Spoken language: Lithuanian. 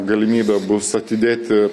galimybė bus atidėti